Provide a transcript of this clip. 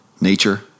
nature